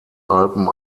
alpen